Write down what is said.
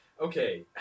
Okay